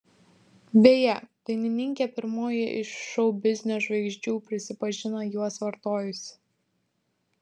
beje dainininkė pirmoji iš šou biznio žvaigždžių prisipažino juos vartojusi